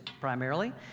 primarily